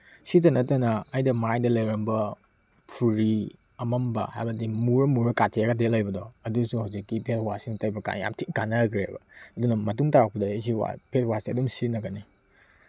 seat ꯅꯠꯇꯅ ꯑꯩꯗ ꯃꯥꯏꯗ ꯂꯩꯔꯝꯕ ꯐꯨꯔꯤ ꯑꯃꯝꯕ ꯍꯥꯏꯕꯗꯤ ꯃꯨꯔ ꯃꯨꯔ ꯀꯥꯊꯦꯛ ꯀꯥꯊꯦꯛꯑꯒ ꯂꯩꯕꯗꯣ ꯑꯗꯨꯁꯨ ꯍꯧꯖꯤꯛꯀꯤ ꯐꯦꯁꯋꯥꯁꯁꯤꯅ ꯇꯩꯕ ꯀꯥꯟꯗ ꯌꯥꯝ ꯊꯤ ꯀꯥꯅꯈ꯭ꯔꯦꯕ ꯑꯗꯨꯅ ꯃꯇꯨꯡ ꯇꯥꯔꯛꯄꯗ ꯑꯩꯁꯤ ꯐꯦꯁꯋꯥꯁꯁꯦ ꯑꯗꯨꯝ ꯁꯤꯖꯤꯟꯅꯒꯅꯤ